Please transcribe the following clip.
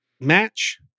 match